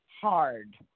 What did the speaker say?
hard